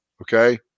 okay